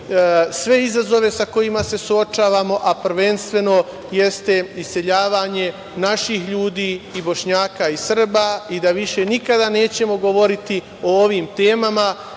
sve izazove sa kojima se suočavamo, a prvenstveno iseljavanje naših ljudi, i Bošnjaka i Srba, i da više nikada nećemo govoriti o ovim temama